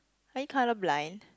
are you colour blind